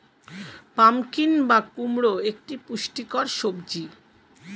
pumpkin বা কুমড়ো একটি পুষ্টিকর সবজি